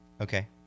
Okay